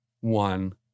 one